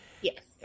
Yes